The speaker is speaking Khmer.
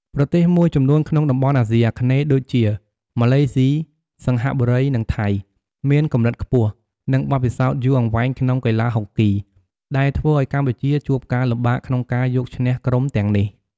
ប្រទេសមួយចំនួនក្នុងតំបន់អាស៊ីអាគ្នេយ៍ដូចជា ម៉ាឡេស៊ី សិង្ហបុរី និងថៃ មានកម្រិតខ្ពស់ និងបទពិសោធន៍យូរអង្វែងក្នុងកីឡាហុកគី ដែលធ្វើឲ្យកម្ពុជាជួបការលំបាកក្នុងការយកឈ្នះក្រុមទាំងនេះ។